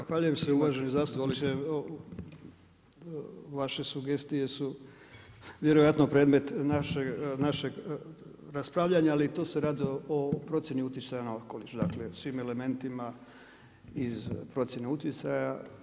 Zahvaljujem se uvaženi zastupniče, vaše sugestije su vjerojatno predmet našeg raspravljanja ali tu se radi o procjeni utjecaja na okoliš, dakle svim elementima iz procjene utjecaja.